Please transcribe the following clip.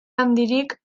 handirik